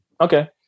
okay